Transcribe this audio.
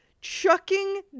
chucking